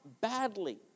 badly